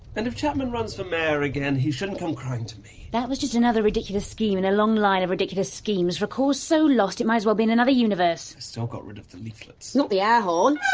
and if chapman runs for mayor again, he shouldn't come crying to me! that was just another ridiculous scheme, in a long line of ridiculous schemes, for a cause so lost it might as well be in another universe! i still got rid of the leaflets. not the air horn.